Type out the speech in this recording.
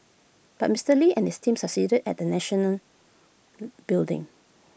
but Mister lee and his team succeeded at national building